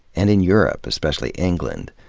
and in europe, especially england.